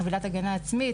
חבילת הגנה עצמית,